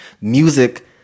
music